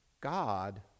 God